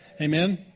Amen